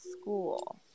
school